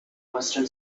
western